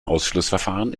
ausschlussverfahren